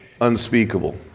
unspeakable